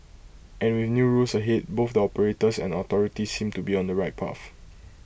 and with new rules ahead both the operators and authorities seem to be on the right path